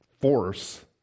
force